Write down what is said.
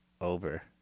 Over